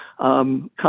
come